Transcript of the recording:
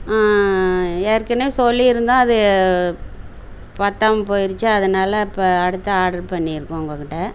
ஏற்கனே சொல்லி இருந்தோம் அது பற்றாம போயிடுச்சு அதனால இப்போ அடுத்த ஆர்டர் பண்ணிருக்கோம் உங்கக்கிட்ட